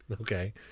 Okay